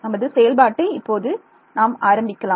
நமது செயல்பாட்டை இப்போது நாம் ஆரம்பிக்கலாம்